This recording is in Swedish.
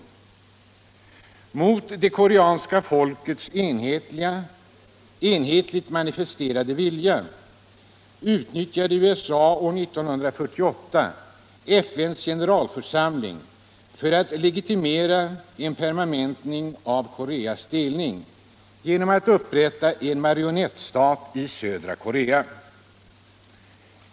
Mot det koreanska folkets enhetligt manifesterade vilja utnyttjade USA år 1948 FN:s generalförsamling för att legitimera en permanentning av Koreas delning genom att upprätta en marionettstat i södra Korea.